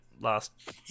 last